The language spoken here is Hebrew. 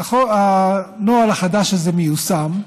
הנוהל החדש הזה מיושם.